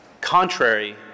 contrary